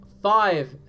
Five